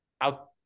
out